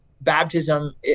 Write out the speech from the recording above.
baptism